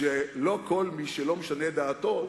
שלא כל מי שלא משנה את דעתו,